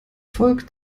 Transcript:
volk